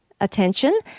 attention